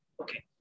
Okay